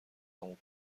عمو